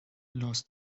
lost